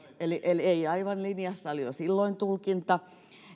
eli ei aivan linjassa oli jo silloin tulkinta